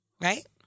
right